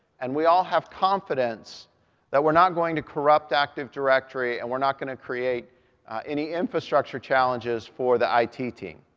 and we all have confidence that we're not going to corrupt active directory, and we're not going to create any infrastructure challenges for the it team.